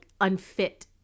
unfit